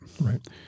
Right